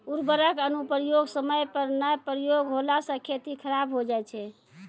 उर्वरक अनुप्रयोग समय पर नाय प्रयोग होला से खेती खराब हो जाय छै